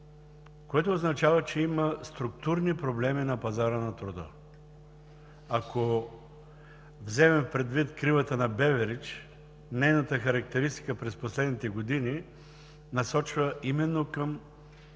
което означава, че има структурни проблеми на пазара на труда. Ако вземем предвид кривата на Беверидж, нейната характеристика през последните години насочва именно към